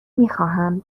میخواهم